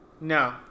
no